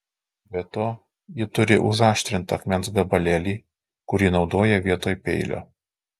be to ji turi užaštrintą akmens gabalėlį kurį naudoja vietoj peilio